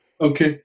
Okay